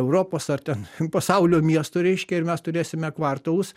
europos ar ten pasaulio miestu reiškia ir mes turėsime kvartalus